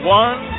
one